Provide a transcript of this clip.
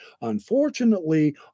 Unfortunately